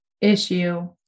issue